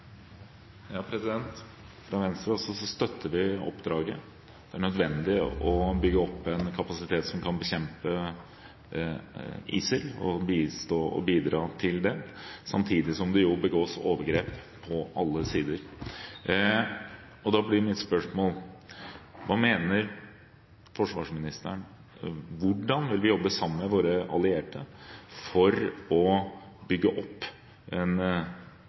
Venstre støtter vi oppdraget. Det er nødvendig å bygge opp en kapasitet som kan bekjempe ISIL – og bidra til det. Samtidig begås det jo overgrep på alle sider. Da blir mitt spørsmål om hva mener forsvarsministeren mener: Hvordan vil vi jobbe sammen med våre allierte for å bygge opp en